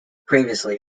previously